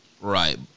right